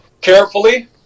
Carefully